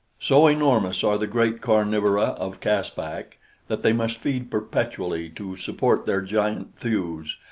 so enormous are the great carnivora of caspak that they must feed perpetually to support their giant thews,